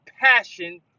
passion